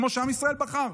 כמו שעם ישראל בחר,